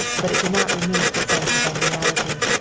but it did not remove the sense of unreality.